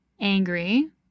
angry